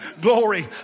glory